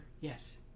yes